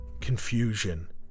confusion